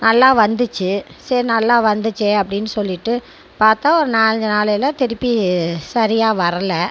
நல்லா வந்துச்சு சரி நல்லா வந்துச்சே அப்படின்னு சொல்லிட்டு பார்த்தா நாலஞ்சி நாளையில் திருப்பிச் சரியாக வரலை